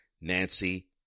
Nancy